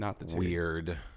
weird